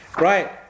right